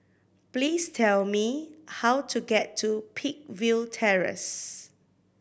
please tell me how to get to Peakville Terrace